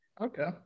Okay